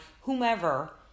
whomever